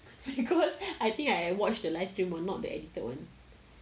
because I think I watch the live stream not the edited [one]